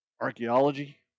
archaeology